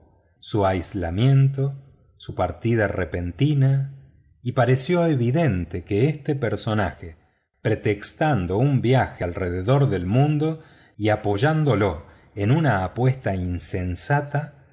su aislamiento su partida repentina y pareció evidente que este personaje pretextando un viaje alrededor del mundo y apoyándose en una apuesta insensata